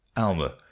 alma